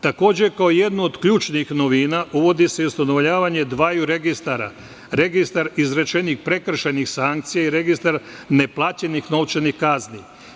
Takođe, kao jedna od ključnih novina, uvodi se i ustanovljavanje dvaju registara – registar izrečenih prekršajnih sankcija i registar neplaćenih novčanih kazni.